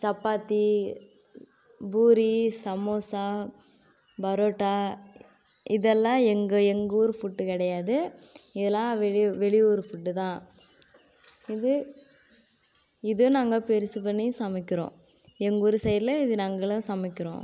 சப்பாத்தி பூரி சமோசா பரோட்டா இதெல்லாம் எங்கள் எங்கள் ஊர் ஃபுட்டு கிடையாது இதெல்லாம் வெளி வெளியூர் ஃபுட்டு தான் இது இது நாங்கள் பெருசு பண்ணி சமைக்கிறோம் எங்கள் ஊர் சைடில் இது நாங்கெலாம் சமைக்கிறோம்